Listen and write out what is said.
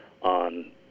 on –